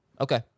Okay